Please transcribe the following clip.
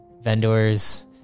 vendors